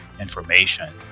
information